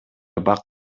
бак